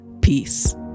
peace